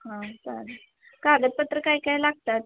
हां चालेल कागदपत्र काय काय लागतात